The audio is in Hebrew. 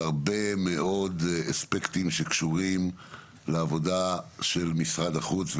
והרבה מאוד אספקטים שקשורים לעבודה של משרד החוץ.